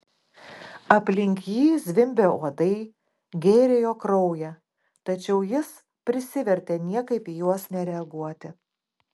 aplink jį zvimbė uodai gėrė jo kraują tačiau jis prisivertė niekaip į juos nereaguoti